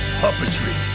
puppetry